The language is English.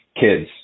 kids